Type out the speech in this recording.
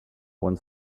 one